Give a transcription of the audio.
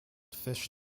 fish